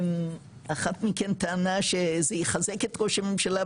אחת מכן טענה שזה יחזק את ראש הממשלה,